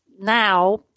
now